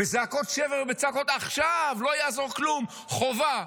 בזעקות שבר, בצעקות, עכשיו, לא יעזור כלום, חובה.